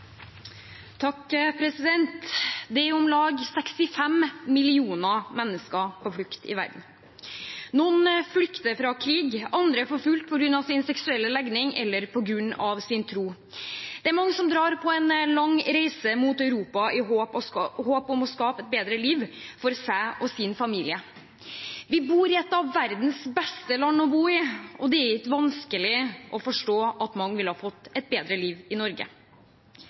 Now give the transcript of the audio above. på grunn av sin seksuelle legning eller på grunn av sin tro. Det er mange som drar på en lang reise mot Europa i håp om å skape et bedre liv for seg og sin familie. Norge er et av verdens beste land å bo i, og det er ikke vanskelig å forstå at mange ville fått et bedre liv her. Er man forfulgt, frykter forfølgelse eller umenneskelig behandling i